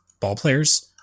ballplayers